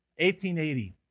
1880